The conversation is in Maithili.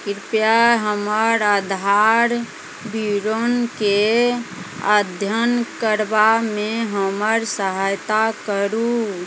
कृपया हमर आधार विवरणकेँ अध्ययन करबामे हमर सहायता करू